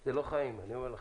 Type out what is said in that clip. זה לא חיים, אני אומר לכם.